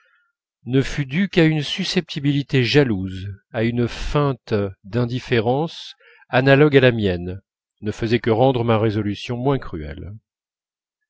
ne fût dû qu'à une susceptibilité jalouse à une feinte d'indifférence analogue à la mienne ne faisait que rendre ma résolution moins cruelle